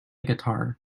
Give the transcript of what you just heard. guitar